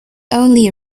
only